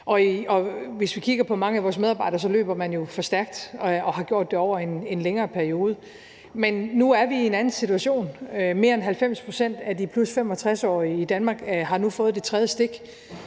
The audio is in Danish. Hvis vi kigger på mange af vores medarbejdere, løber de jo for stærkt og har gjort det over en længere periode, men nu er vi i en anden situation. Mere end 90 pct. af de 65+-årige i Danmark har nu fået det tredje stik